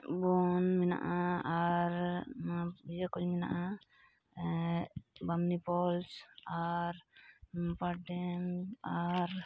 ᱵᱚᱱ ᱢᱮᱱᱟᱜᱼᱟ ᱟᱨ ᱱᱚᱣᱟ ᱤᱭᱟᱹ ᱠᱚᱡ ᱢᱮᱱᱟᱜᱼᱟ ᱮᱫ ᱵᱟᱢᱱᱤᱯᱷᱚᱞᱥ ᱟᱨ ᱟᱯᱟᱨᱰᱮᱢ ᱟᱨ